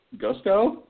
Gusto